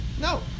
No